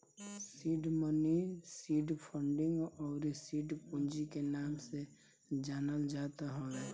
seed money seed funding अउरी seed पूंजी के नाम से जानल जात हवे